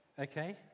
Okay